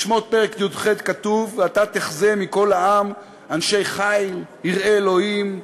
בשמות פרק י"ח כתוב: "ואתה תחזה מכל העם אנשי חיל יראי אלהים,